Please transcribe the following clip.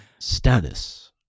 Stannis